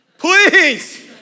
Please